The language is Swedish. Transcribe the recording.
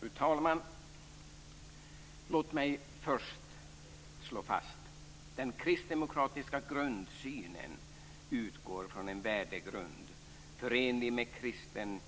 Fru talman! Låt mig först slå fast: Den kristdemokratiska grundsynen utgår från en värdegrund förenlig med kristen